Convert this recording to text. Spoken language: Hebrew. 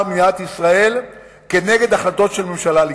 במדינת ישראל נגד החלטות של ממשלה לגיטימית.